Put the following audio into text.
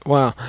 Wow